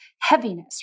heaviness